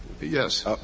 Yes